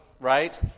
right